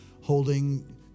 holding